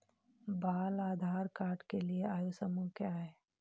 बाल आधार कार्ड के लिए आयु समूह क्या है?